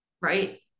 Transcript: right